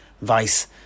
vice